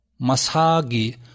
masagi